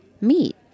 meat